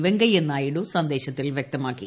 വെങ്കയ്യ നായിഡു സന്ദേശത്തിൽ വ്യക്തമാക്കി